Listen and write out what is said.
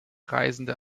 reisende